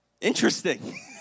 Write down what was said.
interesting